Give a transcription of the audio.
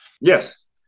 Yes